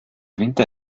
winter